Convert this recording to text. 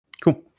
Cool